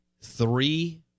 three